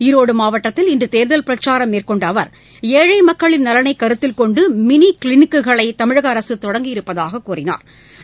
ஈரோடு மாவட்டத்தில் இன்று தேர்தல் பிரச்சாரம் மேற்கொண்ட அவர் ஏழை மக்களின் நலனை கருத்தில் கொண்டு மினி கிளினிக்குகளை தமிழக அரசு தொடங்கி இருப்பதாக கூறினாா்